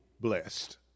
blessed